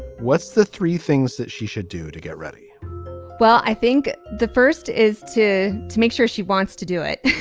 what's the three things that she should do to get ready well i think the first is to to make sure she wants to do it.